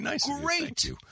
great